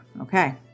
Okay